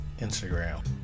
Instagram